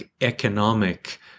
economic